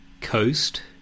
coast